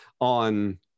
on